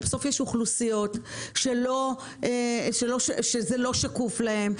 יש אוכלוסיות שזה לא שקוף להן,